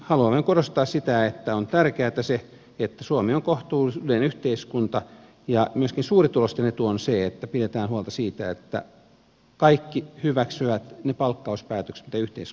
haluan korostaa sitä että on tärkeätä se että suomi on kohtuuden yhteiskunta ja myöskin suurituloisten etu on se että pidetään huolta siitä että kaikki hyväksyvät ne palkkauspäätökset mitä yhteiskunnassa tehdään